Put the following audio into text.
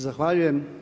Zahvaljujem.